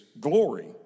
glory